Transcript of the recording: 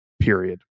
period